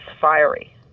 fiery